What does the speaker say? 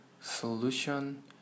solution